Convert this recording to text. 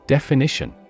Definition